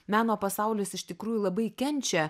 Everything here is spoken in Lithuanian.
meno pasaulis iš tikrųjų labai kenčia